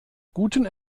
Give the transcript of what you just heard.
guten